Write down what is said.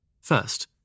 First